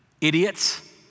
Idiots